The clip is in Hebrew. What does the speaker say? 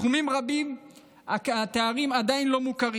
בתחומים רבים התארים עדיין לא מוכרים.